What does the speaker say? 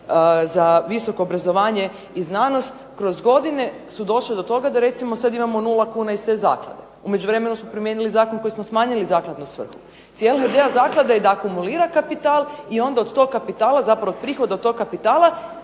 za visoko obrazovanje i znanost kroz godine su došle do toga da recimo sad imamo nula kuna iz te Zaklade. U međuvremenu smo promijenili zakon kojim smo smanjili zakladnu svrhu. Cijela ideja zaklade je da akumulira kapital i onda od tog kapitala, zapravo od prihoda od tog kapitala